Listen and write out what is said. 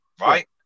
right